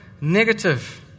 negative